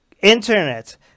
internet